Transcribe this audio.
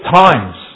times